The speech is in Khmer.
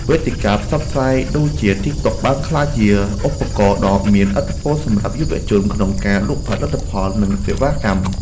វេទិកាផ្សព្វផ្សាយដូចជាទីកតុកបានក្លាយជាឧបករណ៍ដ៏មានឥទ្ធិពលសម្រាប់យុវជនក្នុងការលក់ផលិតផលនិងសេវាកម្ម។